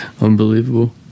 Unbelievable